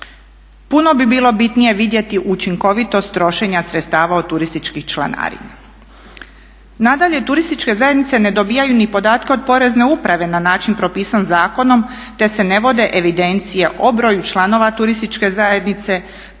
Puno bi bilo bitnije vidjeti učinkovitost trošenja sredstava od turističkih članarina. Nadalje, turističke zajednice ne dobivaju podatke od porezne uprave na način propisan zakonom te se ne vode evidencije o broju članova turističke zajednice,